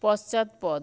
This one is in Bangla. পশ্চাৎপদ